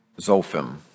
Zophim